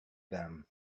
them